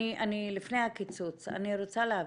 לפני הקיצוץ אני רוצה להבין.